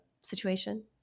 situation